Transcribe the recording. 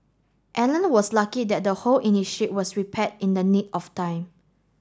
Alan was lucky that the hole in his ship was repaired in the nick of time